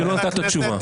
ולא נתת תשובה.